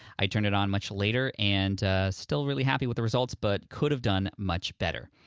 i turned it on much later, and still really happy with the results but could have done much better.